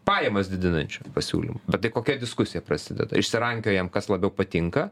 pajamas didinančių pasiūlymų bet tai kokia diskusija prasideda išsirankiojam kas labiau patinka